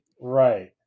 Right